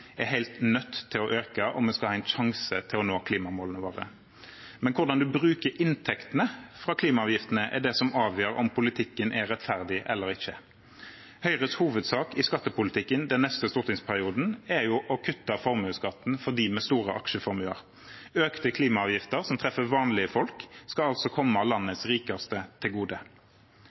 er helt nødt til å øke om vi skal ha en sjanse til å nå klimamålene våre. Men hvordan en bruker inntektene fra klimaavgiftene, er det som avgjør om politikken er rettferdig eller ikke. Høyres hovedsak i skattepolitikken den neste stortingsperioden er å kutte formuesskatten for dem med store aksjeformuer. Økte klimaavgifter som treffer vanlige folk, skal altså komme landets rikeste til gode.